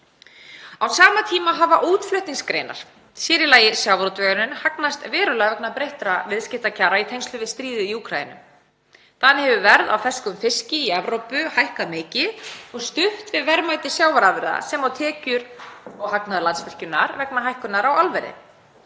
Á sama tíma hafa útflutningsgreinar, sér í lagi sjávarútvegurinn, hagnast verulega vegna breyttra viðskiptakjara í tengslum við stríðið í Úkraínu. Þannig hefur verð á ferskum fiski í Evrópu hækkað mikið og stutt við verðmæti sjávarafurða og tekjur og hagnaður Landsvirkjunar hefur aukist vegna hækkunar á álverði.